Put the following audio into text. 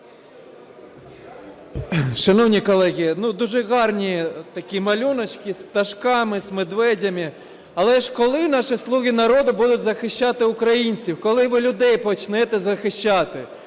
Шановні колеги, дуже гарні такі малюночки з пташками, з ведмедями. Але ж коли наші "слуги народу" будуть захищати українців, коли ви людей почнете захищати?